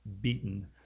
beaten